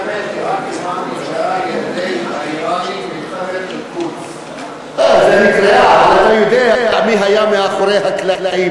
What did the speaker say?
מלחמת עיראק-איראן זה לא נכון,